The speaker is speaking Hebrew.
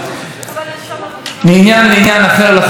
אני רק רוצה לומר שבדקות האחרונות אני מקבל,